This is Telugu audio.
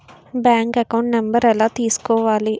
బ్యాంక్ అకౌంట్ నంబర్ ఎలా తీసుకోవాలి?